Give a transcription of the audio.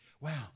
Wow